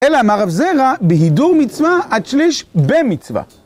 אלא אמר רבי זירא, בהידור מצוה עד שליש במצוה